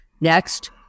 Next